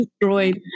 destroyed